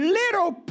little